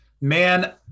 Man